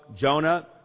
Jonah